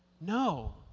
No